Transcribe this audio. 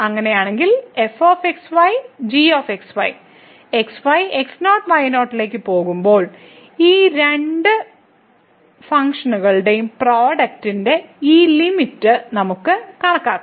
അങ്ങനെയാണെങ്കിൽ f x y g x y x y x 0 y 0 ലേക്ക് പോകുമ്പോൾ ഈ രണ്ട് ഫംഗ്ഷനുകളുടെയും പ്രോഡക്റ്റ്ന്റെ ഈ ലിമിറ്റ് നമുക്ക് കണക്കാക്കാം